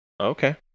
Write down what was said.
Okay